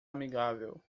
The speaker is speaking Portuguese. amigável